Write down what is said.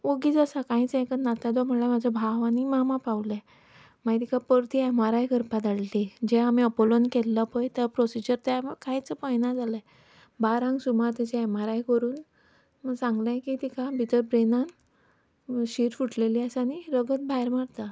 वग्गीच आसा कांयच हें करना आतां तेन्ना म्हणल्यार म्हजो भाव आनी मामा पावले मागीर तिका परती एम आर आय करपा धाडली जे आमी आपोलोंत केल्लो पय त्या प्रोसिजर म्हाका कांयच कळना जालें बारांक सुमार तिची एम आर आय करून सांगलें की तिका भितर ब्रॅनांत शीर फुटलेली आसा आनी रगत भायर मारता